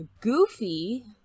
Goofy